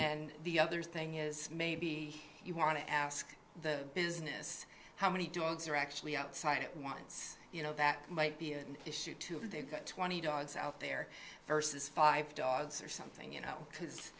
then the other thing is maybe you want to ask the business how many dogs are actually outside at once you know that might be an issue too they've got twenty dogs out there versus five dogs or something you know kids because